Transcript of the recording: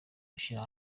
bashyira